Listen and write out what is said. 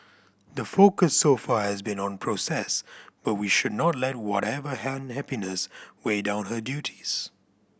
the focus so far has been on process but we should not let whatever unhappiness weigh down her duties